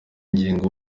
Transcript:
ngingo